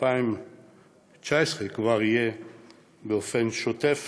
ב-2019 זה כבר יהיה באופן שוטף